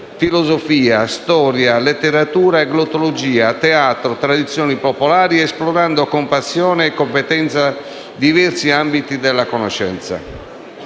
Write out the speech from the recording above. filosofia, di storia, di letteratura, di glottologia, di teatro e di tradizioni popolari, esplorando con passione e competenza diversi ambiti della conoscenza.